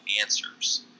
answers